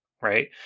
Right